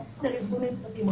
סמכות על ארגונים פרטיים.